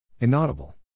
Inaudible